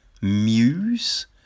Muse